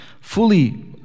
fully